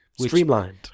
Streamlined